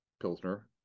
Pilsner